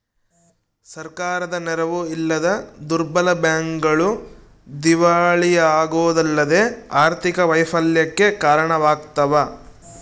ಸರ್ಕಾರದ ನೆರವು ಇಲ್ಲದ ದುರ್ಬಲ ಬ್ಯಾಂಕ್ಗಳು ದಿವಾಳಿಯಾಗೋದಲ್ಲದೆ ಆರ್ಥಿಕ ವೈಫಲ್ಯಕ್ಕೆ ಕಾರಣವಾಗ್ತವ